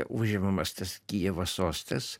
užimamas tas kijevo sostas